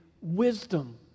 wisdom